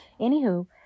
Anywho